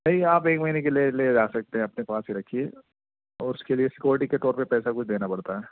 نہیں آپ ایک مہینے کے لیے لے جا سکتے ہیں اپنے پاس ہی رکھیے اور اس کے لیے سیکورٹی کے طور پہ پیسہ کچھ دینا پڑتا ہے